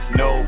no